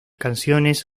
canciones